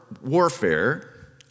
warfare